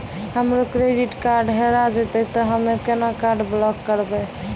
हमरो credit card हेरा जेतै ते हम्मय केना कार्ड ब्लॉक करबै?